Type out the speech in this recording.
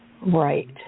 Right